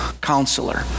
Counselor